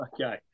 Okay